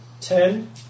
ten